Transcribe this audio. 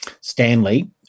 Stanley